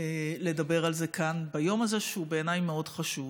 לדבר על זה כאן ביום הזה, שהוא בעיניי מאוד חשוב.